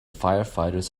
firefighters